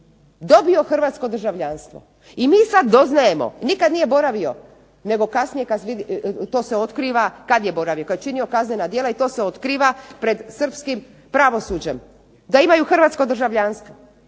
dobio Hrvatsko državljanstvo i mi sada doznajemo, nikada nije boravio nego kasnije to se otkriva, kada je boravio, kada je činio kaznena djela i to se otkriva pred Srpskim pravosuđem, da imaju Hrvatsko državljanstvo